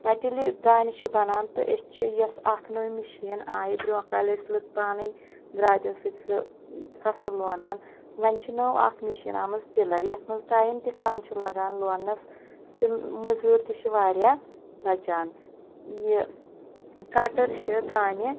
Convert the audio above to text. پَتہٕ ییٚلہِ یہِ دانہِ چھِ بَنان تہٕ أسۍ چھِ یۄس اَکھ نٔو مِشیٖن آیہِ برٛونٛہہ کالہِ ٲسۍ لُکھ پانَے درٛاتیو سۭتۍ سُہ فَصٕل لونان وۄنۍ چھِ نٔو اَکھ مِشیٖن آمٕژ ٹِلَر یَتھ منٛز ٹایِم تہِ کَم چھِ لَگان لونٛنَس تہٕ مٔزوٗرۍ تہِ چھِ واریاہ بَچان یہِ کَٹَر چھِ دانہِ